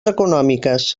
econòmiques